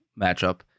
matchup